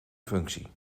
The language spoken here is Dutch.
functie